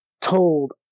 told